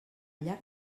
llarg